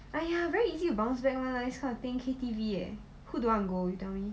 !aiya! very easy to bounce back one nice kind of thing K_T_V eh who don't want to go you tell me